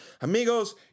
Amigos